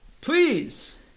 Please